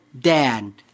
Dan